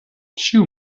ĉiu